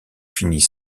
finit